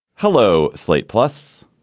hello. slate plus,